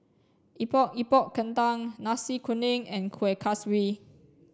epok epok kentang nasi kuning and kueh kaswi